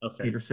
Okay